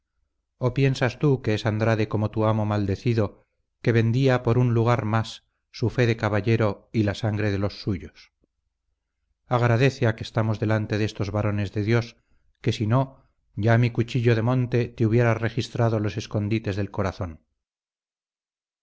o piensas tú que es andrade como tu amo maldecido que vendía por un lugar más su fe de caballero y la sangre de los suyos agradece a que estamos delante de estos varones de dios que si no ya mi cuchillo de monte te hubiera registrado los escondites del corazón